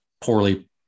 poorly